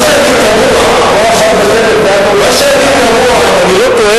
קצבת שאירים אנחנו צריכים גם לשלם לו, לאויב.